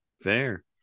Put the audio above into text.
Fair